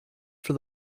for